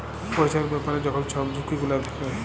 পইসার ব্যাপারে যখল ছব ঝুঁকি গুলা থ্যাকে